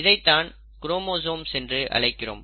இதைத்தான் குரோமோசோம்ஸ் என்று அழைக்கிறோம்